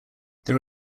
there